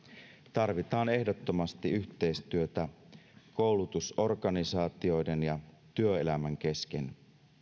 tarvitaan ehdottomasti yhteistyötä koulutusorganisaatioiden ja työelämän kesken